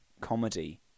comedy